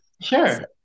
Sure